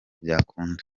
byakunda